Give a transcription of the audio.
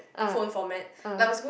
ah ah